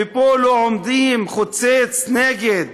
ופה לא יוצאים חוצץ נגד,